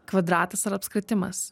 kvadratas ar apskritimas